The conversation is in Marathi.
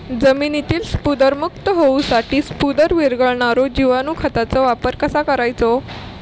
जमिनीतील स्फुदरमुक्त होऊसाठीक स्फुदर वीरघळनारो जिवाणू खताचो वापर कसो करायचो?